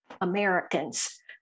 Americans